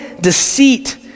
deceit